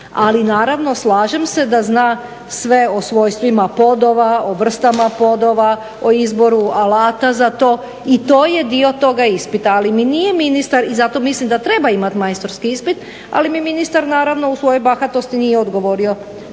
ali naravno slažem se da zna sve o svojstvima podova o vrstama podova o izboru alata za to i to je dio toga ispita. Ali mi nije ministar i zato mislim da treba imati majstorski ispit ali mi ministar naravno u svojoj bahatosti nije odgovorio